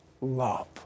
love